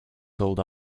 sold